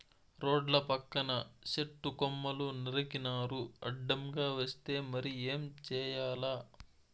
రోడ్ల పక్కన సెట్టు కొమ్మలు నరికినారు అడ్డంగా వస్తే మరి ఏం చేయాల